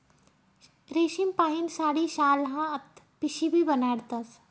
रेशीमपाहीन साडी, शाल, हात पिशीबी बनाडतस